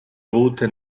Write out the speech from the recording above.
route